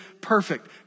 perfect